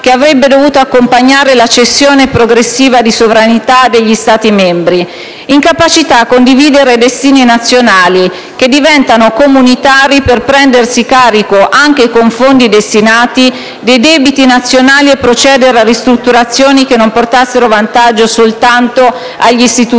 che avrebbe dovuto accompagnare la cessione progressiva di sovranità degli Stati membri; vi è stata incapacità a condividere destini nazionali che diventano comunitari per prendersi carico, anche con fondi destinati, dei debiti nazionali e procedere a ristrutturazioni che non portassero vantaggio soltanto agli istituti bancari.